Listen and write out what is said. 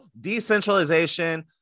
decentralization